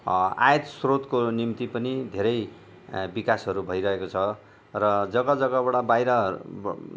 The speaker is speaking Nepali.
आयस्रोतको निम्ति पनि धेरै विकासहरू भइरहेको छ र जग्गा जग्गाबाट बाहिर